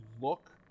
look